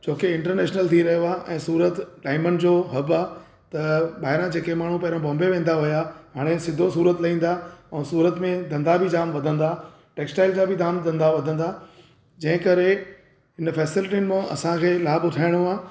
छोकी इंटर्नेशनल थी रहियो आहे ऐं सूरत डायमंड जो हब आहे त ॿाहिरां जेके माण्हू पहिरो बॉम्बे वेंदा हुया हाणे सिधो सूरत लहींदा ऐं सूरत में धंधा बि जाम वधंदा टैक्स्टाइल जा बि जाम धंधा वधंदा जंहिं करे इन फैसेलिटिन मां असांखे लाभु उठाइणो आहे